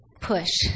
push